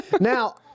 Now